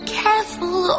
careful